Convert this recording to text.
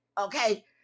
okay